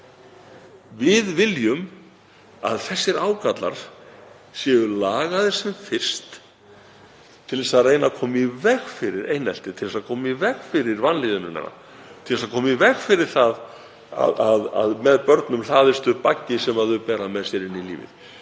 Við viljum að þessir ágallar séu lagaðir sem fyrst til að reyna að koma í veg fyrir einelti, til að koma í veg fyrir vanlíðan, til að koma í veg fyrir að með börnum hlaðist upp baggi sem þau bera með sér inn í lífið.